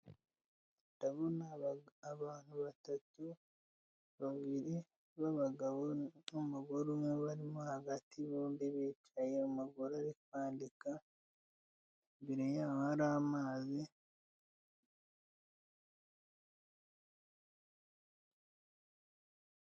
Ndabona abantu batatu babiri b'abagabo n'umugore umwe ubarimo hagati bombi bicaye umugore ari kwandika imbere yabo hari amazi.